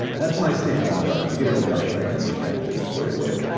that's my stance on guns. you could have a gun, but i think you should have to wear the wig.